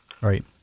Right